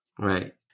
Right